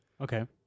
Okay